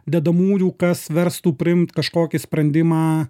dedamųjų kas verstų priimt kažkokį sprendimą